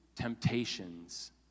temptations